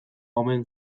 omen